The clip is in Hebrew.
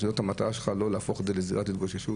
והמטרה שלך היא לא להפוך את זה לזירת התגוששות.